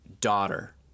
daughter